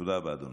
תודה רבה, אדוני.